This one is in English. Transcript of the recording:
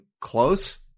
close